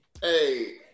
Hey